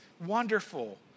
wonderful